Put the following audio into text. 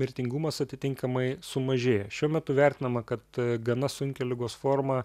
mirtingumas atitinkamai sumažėja šiuo metu vertinama kad gana sunkią ligos formą